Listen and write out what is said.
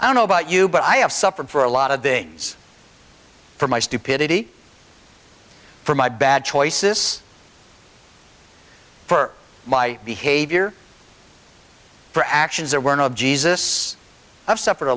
i don't know about you but i have suffered for a lot of things for my stupidity for my bad choices for my behavior for actions or words of jesus i've suffered a